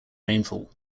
rainfall